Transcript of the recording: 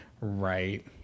Right